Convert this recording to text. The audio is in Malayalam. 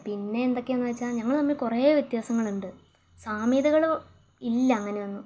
പിന്നെ എന്തൊക്കെയാന്ന് വെച്ചാൽ ഞങ്ങള് തമ്മിൽ കുറേ വ്യത്യാശങ്ങളുണ്ട് സാമ്യതകള് ഇല്ല അങ്ങനെയൊന്നും